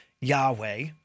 Yahweh